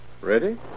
Ready